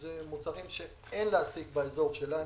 שזה מוצרים שאין להשיג באזור שלנו,